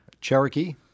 Cherokee